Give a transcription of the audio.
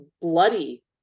bloody